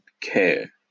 care